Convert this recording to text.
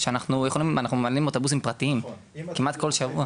כשאנחנו יכולים אנחנו ממלאים אוטובוסים פרטיים כמעט כל שבוע.